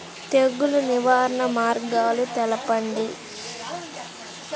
తెగులు నివారణ మార్గాలు తెలపండి?